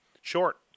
Short